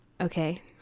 okay